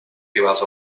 rivals